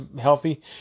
healthy